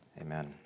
Amen